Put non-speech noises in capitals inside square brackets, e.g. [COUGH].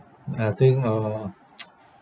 I think uh [NOISE]